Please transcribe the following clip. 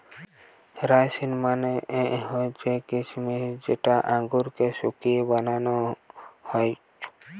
রাইসিনা মানে হৈসে কিছমিছ যেটা আঙুরকে শুকিয়ে বানানো হউক